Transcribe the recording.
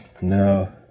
No